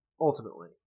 ultimately